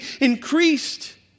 increased